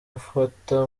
afata